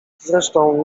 zresztą